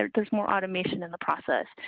there's more automation in the process,